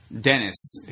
Dennis